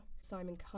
Simon